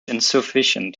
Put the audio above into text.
insufficient